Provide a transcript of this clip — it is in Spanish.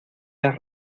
las